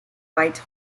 bite